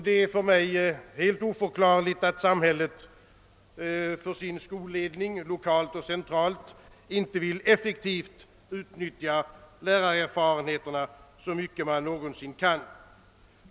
Det är för mig helt oförklarligt, att samhället för sin skolledning — lokalt och centralt — inte vill effektivt utnyttja lärarerfarenheterna så mycket det någonsin går.